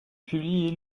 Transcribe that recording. publié